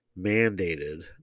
mandated